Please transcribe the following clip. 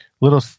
Little